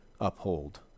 uphold